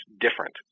different